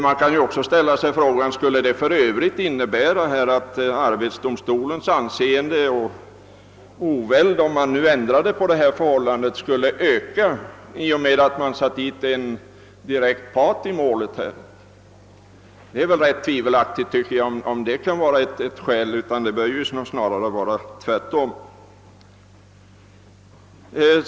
Man kan också ställa sig frågan: Skulle arbetsdomstolens anseende eller oväld öka i och med att man satte dit en direkt part i målet? Det är väl rätt tvivelaktigt om det kan vara ett skäl för en ändring; det bör snarare vara tvärtom.